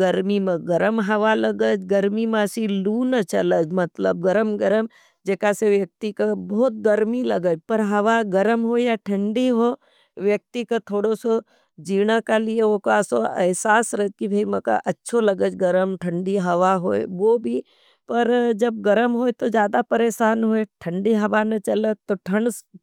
गर्मी में गर्म हवा लगें। गर्मी में लू न चलें। मतलब गर्म गर्म जे कासे व्यक्ति का बहुत गर्मी लगें। पर हवा गर्म हो यह थंडी हो। व्यक्ति का थोड़ो सो जीवन का लिए व्यक्ति का अशास रहें। मैं का अच्छो लगें गर्म थंडी हवा होई। पर जब गर्म होई तो ज़्यादा परेशान होई। थंडी हवा न चलें तो